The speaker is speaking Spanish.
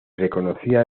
reconocida